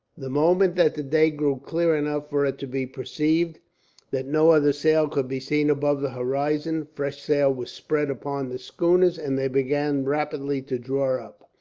the moment that the day grew clear enough for it to be perceived that no other sail could be seen above the horizon, fresh sail was spread upon the schooners, and they began rapidly to draw.